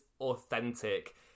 authentic